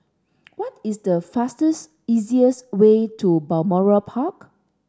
what is the fastest easiest way to Balmoral Park